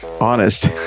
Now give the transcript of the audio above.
honest